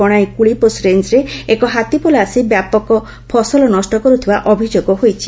ବଶାଇ କୁଳିପୋଷ ରେଞ୍ଚ୍ରେ ଏକ ହାତୀପଲ ଆସି ବ୍ୟାପକ ଫସଲ ନଷ କରୁଥିବା ଅଭିଯୋଗ ହୋଇଛି